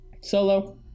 solo